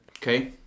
Okay